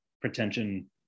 Pretension